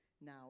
now